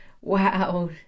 wow